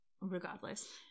regardless